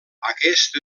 aquest